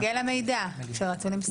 הוא מגיע למידע שרצו למסור לו.